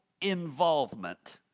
involvement